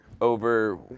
over